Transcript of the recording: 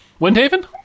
Windhaven